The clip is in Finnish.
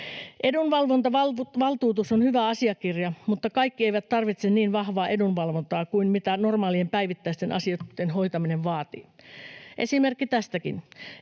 Edunvalvontavaltuutus on hyvä asiakirja, mutta kaikki eivät tarvitse niin vahvaa edunvalvontaa kuin mitä normaalien päivittäisten asioitten hoitaminen vaatii. Esimerkki tästäkin: